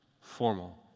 formal